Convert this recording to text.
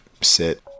sit